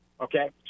Okay